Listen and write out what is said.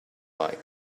like